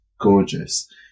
gorgeous